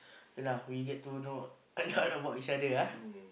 yea lah we get to know a lot about each other ah